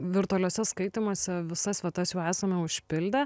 virtualiuose skaitymuose visas vietas jau esame užpildę